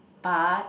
but